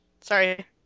Sorry